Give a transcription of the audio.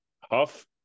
Huff